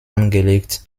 angelegt